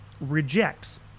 rejects